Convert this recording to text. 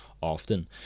often